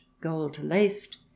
gold-laced